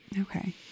Okay